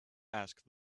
asked